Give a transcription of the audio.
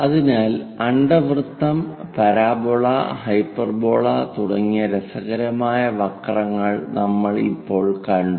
അതിനാൽ അണ്ഡവൃത്തം parabola hyperbola തുടങ്ങിയ രസകരമായ വക്രങ്ങൾ നമ്മൾ ഇപ്പോൾ കണ്ടു